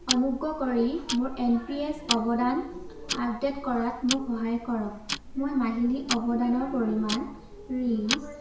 অনুগ্ৰহ কৰি মোৰ এন পি এছ অৱদান আপডে'ট কৰাত মোক সহায় কৰক মোৰ মাহিলী অৱদানৰ পৰিমাণ ৰিছ